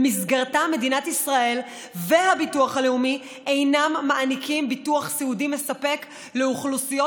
שבה מדינת ישראל והביטוח הלאומי אינם מעניקים ביטוח סיעודי מספק לאוכלוסיות